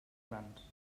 grans